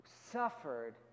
suffered